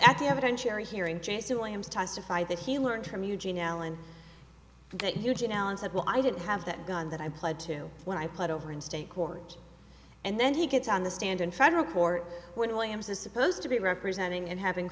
at the evidence you're hearing jason williams testify that he learned from eugene allen that eugene allen said well i didn't have that gun that i pled to when i played over in state court and then he gets on the stand in federal court when williams is supposed to be representing and having